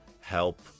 help